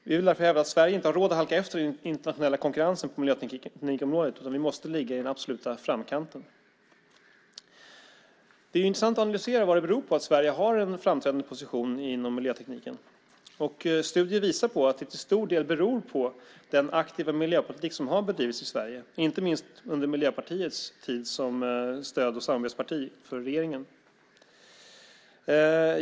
Vi vill därför hävda att Sverige inte har råd att halka efter i den internationella konkurrensen på miljöteknikområdet, utan vi måste ligga i den absoluta framkanten. Det är intressant att analysera vad det beror på att Sverige har en framträdande position inom miljötekniken. Studier visar att det till stor del beror på den aktiva miljöpolitik som har bedrivits i Sverige, inte minst under Miljöpartiets tid som stöd och samarbetsparti för regeringen.